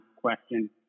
question